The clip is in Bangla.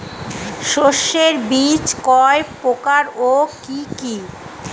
শস্যের বীজ কয় প্রকার ও কি কি?